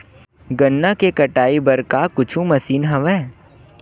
गन्ना के कटाई बर का कुछु मशीन हवय?